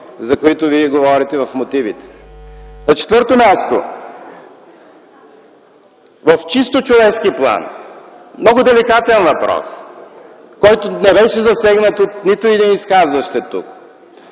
за които Вие говорите в мотивите си. На четвърто място, в чисто човешки план много деликатен въпрос, който не беше засегнат от нито един изказващ се тук.